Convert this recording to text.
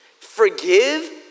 forgive